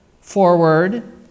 forward